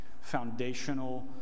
foundational